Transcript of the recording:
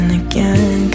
again